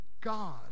God